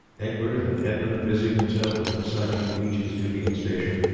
egbert and edmund busied themselves in assigning to each his duty and station.